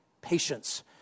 patience